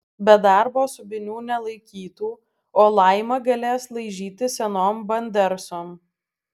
be darbo subinių nelaikytų o laima galės laižyti senom bandersom